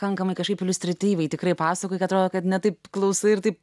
kankamai kažkaip iliustratyviai tikrai pasakoje atrodo kad ne taip klausai ir taip